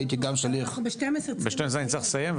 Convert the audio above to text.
הייתי גם שליח --- ב-12 אנחנו צריכים לסיים.